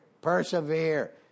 persevere